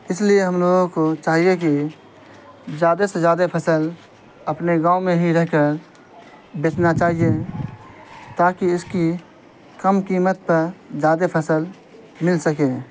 اس لیے ہم لوگوں کو چاہیے کہ زیادہ سے زیادہ فصل اپنے گاؤں میں ہی رہ کر بیچنا چاہیے تاکہ اس کی کم قیمت پر زیادہ فصل مل سکے